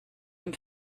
dem